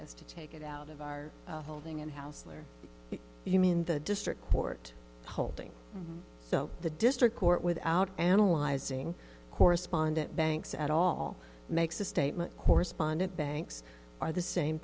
is to take it out of our holding and hausler you mean the district court holding the district court without analyzing correspondent banks at all makes a statement correspondent banks are the same